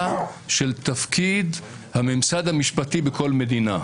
של תפקיד הממסד המשפטי בכל מדינה.